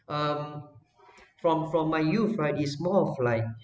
um from from my youth right it's more of like